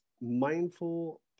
mindful